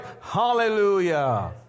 hallelujah